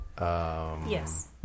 Yes